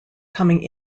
coming